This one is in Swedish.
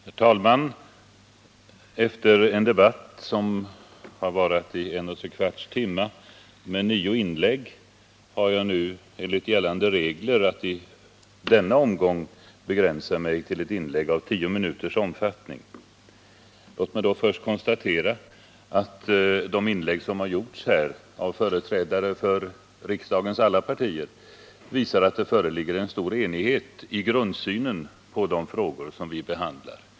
Herr talman! Efter en debatt som nu hållit på i en och en kvarts timme och som hittills omfattat nio inlägg har jag nu enligt gällande regler att i denna omgång begränsa mitt anförande till tio minuter. Låt mig då först konstatera att de inlägg som gjorts av företrädare för riksdagens alla partier visar att det föreligger en stor enighet i grundsynen på de frågor som vi behandlar.